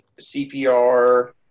CPR